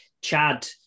Chad